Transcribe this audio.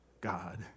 God